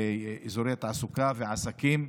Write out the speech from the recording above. לאזורי תעסוקה ועסקים.